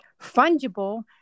fungible